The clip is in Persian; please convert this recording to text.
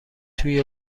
توی